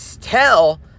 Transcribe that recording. tell